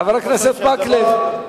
חבר הכנסת מקלב.